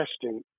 testing